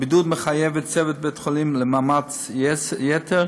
הבידוד מחייב את צוות בית-החולים למאמץ יתר,